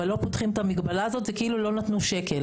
אבל לא פותחים את המגבלה הזאת זה כאילו לא נתנו שקל.